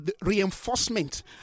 reinforcement